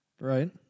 Right